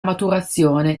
maturazione